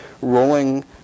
rolling